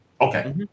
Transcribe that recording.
Okay